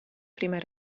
prima